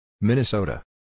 Minnesota